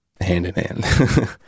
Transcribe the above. hand-in-hand